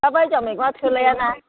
दाबायदियाव मैगङा थोलायाना